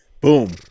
boom